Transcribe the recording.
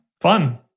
fun